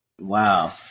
Wow